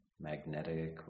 Magnetic